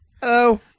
Hello